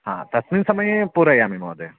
हा तस्मिन् समये पूरयामि महोदय